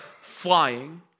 flying